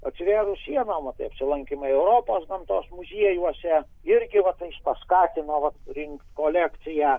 atsivėrus sienomva tai apsilankymai europos gamtos muziejuose irgi va tai paskatino vat rinkt kolekciją